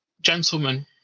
gentlemen